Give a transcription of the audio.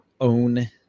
own